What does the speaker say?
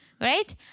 Right